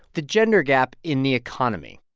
the gender gap in the economy.